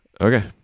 Okay